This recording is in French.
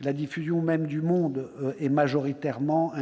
la diffusion individuelle du est majoritairement